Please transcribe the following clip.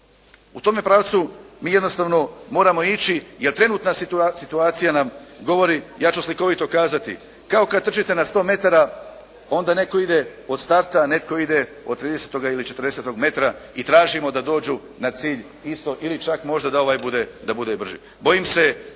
U tome pravcu mi jednostavno moramo ići, jer trenutna situacija nam govori, ja ću slikovito kazati kao kad trčite na 100 metara onda netko ide od starta, a netko ide od 30 ili 40 metra i tražimo da dođu na cilj isto ili čak možda da ovaj bude brži.